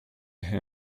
him